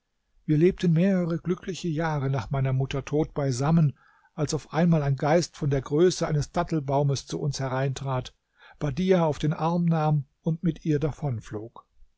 wir lebten mehrere glückliche jahre nach meiner mutter tod beisammen als auf einmal ein geist von der größe eines dattelbaumes zu uns hereintrat badiah auf den arm nahm und mit ihr